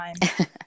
time